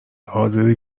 حاضری